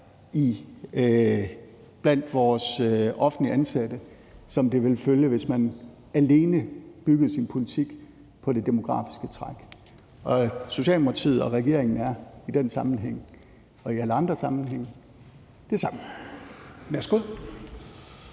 blandt vores offentligt ansatte, som følgen ville være, hvis man alene byggede sin politik på det demografiske træk. Socialdemokratiet og regeringen er i den sammenhæng og i alle andre sammenhænge det samme. Kl.